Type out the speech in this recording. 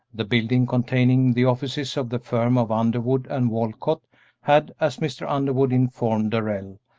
the building containing the offices of the firm of underwood and walcott had, as mr. underwood informed darrell,